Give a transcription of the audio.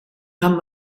haben